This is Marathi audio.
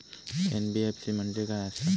एन.बी.एफ.सी म्हणजे खाय आसत?